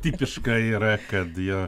tipiška yra kad jie